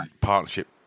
partnership